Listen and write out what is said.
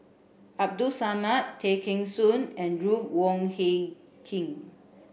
Abdul Samad Tay Kheng Soon and Ruth Wong Hie King